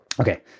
Okay